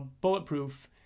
Bulletproof